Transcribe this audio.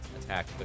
attack